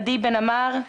עדי בן-עמר.